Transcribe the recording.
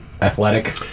athletic